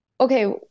okay